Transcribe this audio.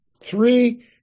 Three